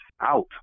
out